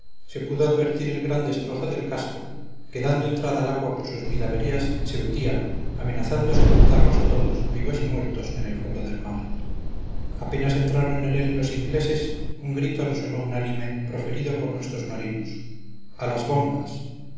se pudo advertir el gran destrozo del casco que dando entrada al agua por sus mil averías se hundía amenazando sepultarnos a todos vivos y muertos en el fondo del mar apenas entraron en él los ingleses un grito resonó unánime proferido por nuestros marinos a las bombas